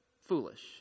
foolish